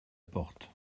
porte